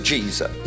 Jesus